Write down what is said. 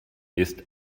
ist